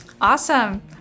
Awesome